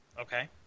Okay